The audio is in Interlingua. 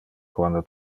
quando